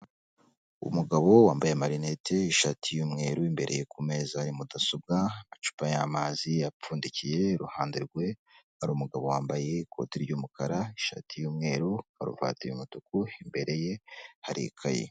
Umugabo wambaye amarinete, ishati y'umweru, imbere ku meza hari mudasobwa, amacupa y'amazi apfundikiye, iruhande rwe hari umugabo wambaye ikote ry'umukara, ishati y'umweru karuvati y'umutuku, imbere ye hari ikayi.